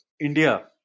India